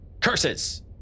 Curses